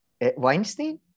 Weinstein